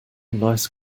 nice